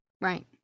right